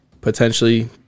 potentially